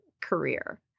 career